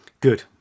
Good